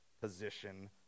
position